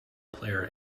player